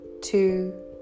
two